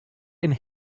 and